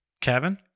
Kevin